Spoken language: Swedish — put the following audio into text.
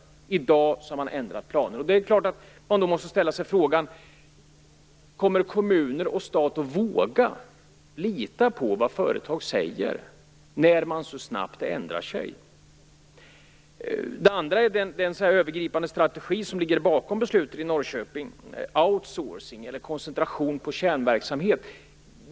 I dag har man ändrat planer. Det är klart att vi då måste ställa oss frågan om kommuner och stat kommer att våga lita på vad företag säger när de så snabbt ändrar sig. Det andra är den övergripande strategi som ligger bakom beslutet i Norrköping, dvs. outsourcing eller koncentration på kärnverksamhet.